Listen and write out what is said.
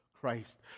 Christ